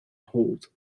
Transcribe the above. hold